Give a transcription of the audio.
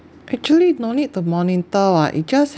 actually no need to monitor [what] you just